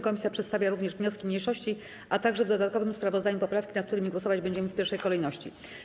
Komisja przedstawia również wnioski mniejszości, a także w dodatkowym sprawozdaniu poprawki, nad którymi głosować będziemy w pierwszej kolejności.